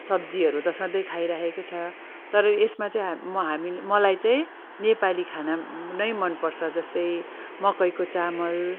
सब्जीहरू त सधैँ खाइरहेकै छ तर यसमा चाहिँ हाम म हामी मलाई चाहिँ नेपाली खाना नै मनपर्छ जस्तै मकैको चामल